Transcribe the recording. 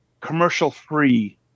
commercial-free